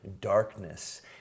darkness